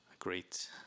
great